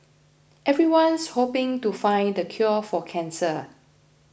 everyone's hoping to find the cure for cancer